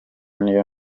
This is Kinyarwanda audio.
niyo